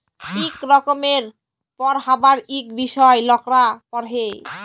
ইক রকমের পড়্হাবার ইক বিষয় লকরা পড়হে